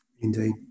Indeed